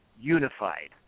unified